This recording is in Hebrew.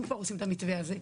אם כבר עושים את המתווה הזה,